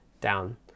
down